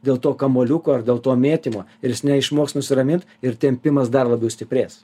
dėl to kamuoliuko ar dėl to mėtymo ir jis neišmoks nusiramint ir tempimas dar labiau stiprės